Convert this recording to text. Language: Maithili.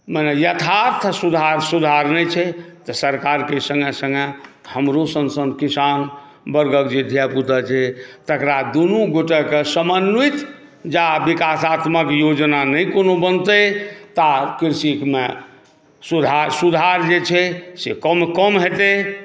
मने यथार्थ सुधार नहि छै तऽ सरकारके सङ्गे सङ्गे हमरो सन सन किसान बरग़र जे धिया पुता छै तकरा दुनू गोटेके समन्वित जा विकासात्मक योजना नहि कोनो बनतै ता कृषिमे सुधार जे छै से कम हेतै